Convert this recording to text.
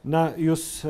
na jūs